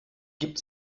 gibt